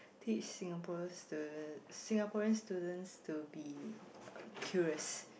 teach Singaporeans students Singaporeans students to be curious